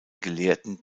gelehrten